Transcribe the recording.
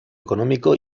económico